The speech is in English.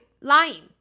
lying